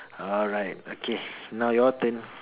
alright okay now your turn